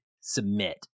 submit